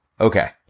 okay